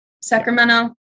Sacramento